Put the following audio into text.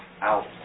out